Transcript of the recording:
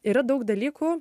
yra daug dalykų